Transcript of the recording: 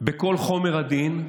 בכל חומר הדין,